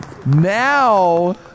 Now